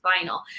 final